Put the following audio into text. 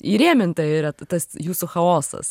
įrėminta yra tas jūsų chaosas